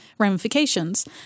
ramifications